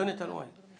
אדוני, אתה לא עונה לה.